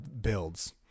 builds